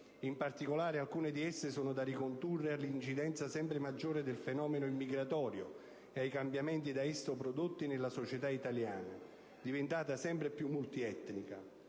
In particolare alcune di esse sono da ricondurre all'incidenza sempre maggiore del fenomeno immigratorio e ai cambiamenti da esso prodotti nella società italiana, diventata sempre più multietnica.